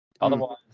Otherwise